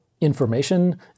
information